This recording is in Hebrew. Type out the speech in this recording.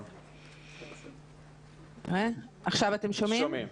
שתתן את ה- -- אפשר,